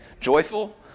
Joyful